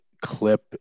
clip